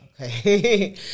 Okay